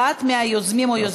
אחד מהיוזמים או היוזמות של החוק,